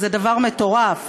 זה דבר מטורף.